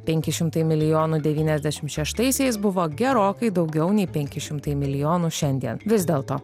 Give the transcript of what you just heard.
penki šimtai milijonų devyniasdešimt šeštaisiais buvo gerokai daugiau nei penki šimtai milijonų šiandien vis dėlto